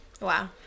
Wow